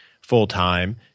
full-time